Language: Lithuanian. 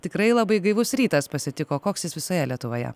tikrai labai gaivus rytas pasitiko koks jis visoje lietuvoje